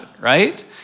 right